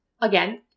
again